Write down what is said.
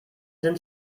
sind